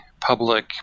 public